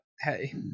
hey